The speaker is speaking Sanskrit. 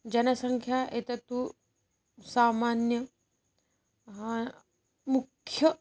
जनसङ्ख्या एतत्तु सामान्यं मुख्यं